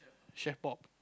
chef bob